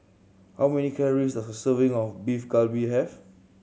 how many calories does a serving of Beef Galbi have